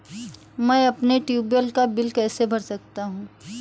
मैं अपने ट्यूबवेल का बिल कैसे भर सकता हूँ?